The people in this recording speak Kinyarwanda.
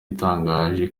itangaje